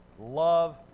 Love